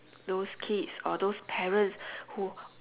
those kids or those parents who